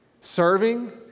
Serving